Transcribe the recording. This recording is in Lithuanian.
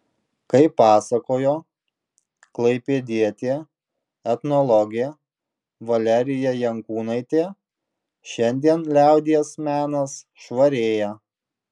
kaip pasakojo klaipėdietė etnologė valerija jankūnaitė šiandien liaudies menas švarėja